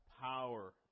power